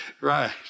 Right